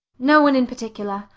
no one in particular.